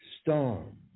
storm